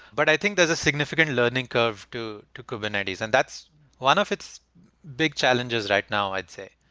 but i think there's a significant learning curve to to kubernetes, and that's one of its big challenges right now i'd say.